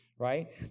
Right